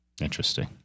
Interesting